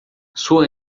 sua